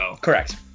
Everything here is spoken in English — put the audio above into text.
Correct